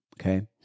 okay